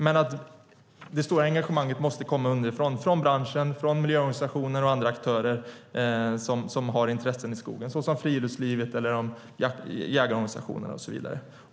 Men det stora engagemanget måste komma underifrån, från branschen, miljöorganisationer och andra aktörer som har intressen i skogen, såsom friluftsliv, jägarorganisationer eller liknande.